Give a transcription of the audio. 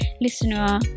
listener